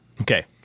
Okay